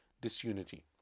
disunity